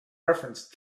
reference